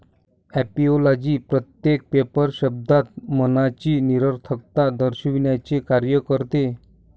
ऍपिओलॉजी प्रत्येक पेपर शब्दात मनाची निरर्थकता दर्शविण्याचे कार्य करते